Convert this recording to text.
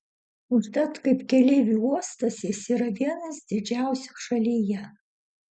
užtat kaip keleivių uostas jis yra vienas didžiausių šalyje